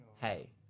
Hey